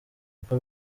kuko